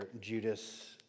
Judas